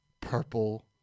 Purple